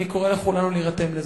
אני קורא לכולם להירתם לזה.